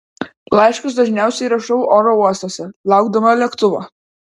laiškus dažniausiai rašau oro uostuose laukdama lėktuvo